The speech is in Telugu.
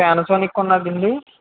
ప్యానాసోనిక్ ఉన్నదండి